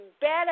better